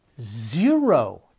zero